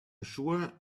sure